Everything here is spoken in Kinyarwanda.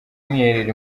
mwiherero